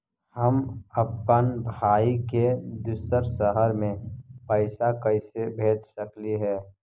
हम अप्पन भाई के दूसर शहर में पैसा कैसे भेज सकली हे?